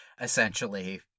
essentially